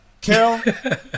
Carol